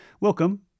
welcome